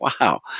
wow